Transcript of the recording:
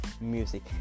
music